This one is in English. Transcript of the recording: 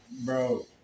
Bro